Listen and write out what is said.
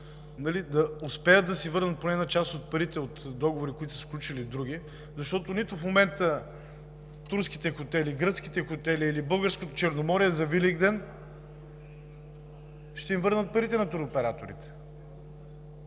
да успеят да си върнат поне една част от парите от договори, които са сключили с други, защото нито в момента турските хотели, гръцките хотели или българското Черноморие за Великден ще им върнат парите на туроператорите.